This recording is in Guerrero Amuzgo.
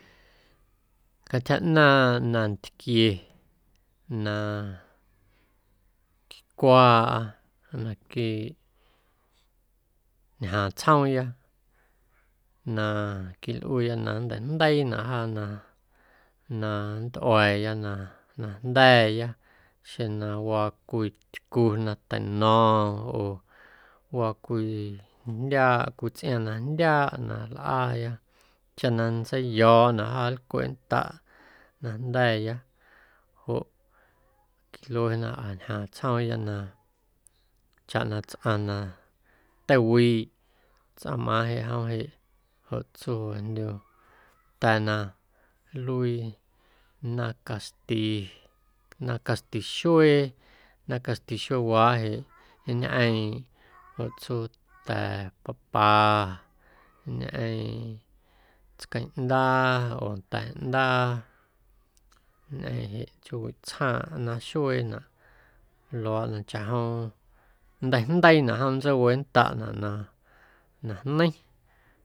Cantyja ꞌnaaⁿꞌ nantquie na quicwaaꞌa naquiiꞌ ñjaaⁿ tsjoomya na quilꞌuuya na nnteijndeiinaꞌ jaa na na nntꞌua̱a̱ya na na jnda̱a̱ya xeⁿ na waa cwii tycu na teino̱o̱ⁿ oo waa cwii jndyaaꞌ cwii tsꞌiaaⁿ na jndyaaꞌ na lꞌaaya chaꞌ na nntseiyo̱o̱ꞌnaꞌ jaa nlcweꞌndaꞌ na jnda̱a̱ya joꞌ quiluenaꞌa ñjaaⁿ tsjoomya na chaꞌ na tsꞌaⁿ na teiwiiꞌ tsꞌaⁿmꞌaaⁿꞌ jeꞌ jom jeꞌ joꞌ tsuu joꞌjndyu nnda̱a̱ na nluii naaⁿ caxti, naaⁿ caxti xuee, naaⁿ caxti xueewaaꞌ jeꞌ nñꞌeeⁿꞌ joꞌ tsuu ta̱ papa, ñꞌeⁿ tsqueⁿꞌndaa oo nda̱ꞌndaa, ñꞌeⁿ jeꞌ chjoowiꞌ tsjaaⁿꞌ naaⁿ xueenaꞌ luaaꞌ na chaꞌjom nnteijndeiinaꞌ jom nntseiwendaꞌnaꞌ na na jneiⁿ.